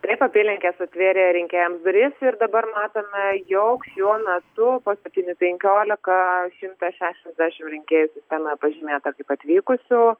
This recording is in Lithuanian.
taip apylinkės atvėrė rinkėjams duris ir dabar matome jog šiuo metu po septynių penkiolika šimtas šešiasdešim rinkėjų sistemoje pažymėta kaip atvykusių